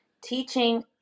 teaching